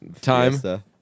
time